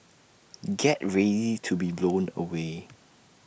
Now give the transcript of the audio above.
get ready to be blown away